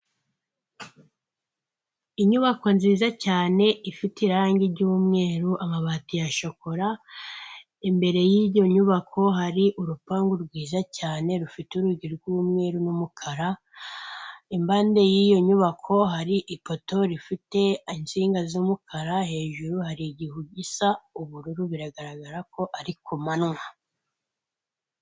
Inyubako nziza cyane ifite irangi ry'umweru amabati ya shokora, imbere y'iyo nyubako hari urupangu rwiza cyane rufite urugi rw'umweru n'umukara, impande y'iyo nyubako hari ipoto rifite insinga z'umukara hejuru hari igihu gisa ubururu biragaragara ko ari ku manywa.